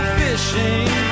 fishing